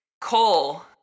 Cole